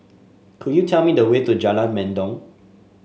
could you tell me the way to Jalan Mendong